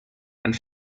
and